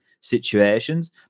situations